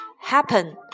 happen